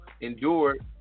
endured